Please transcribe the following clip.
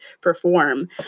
perform